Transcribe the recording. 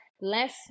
less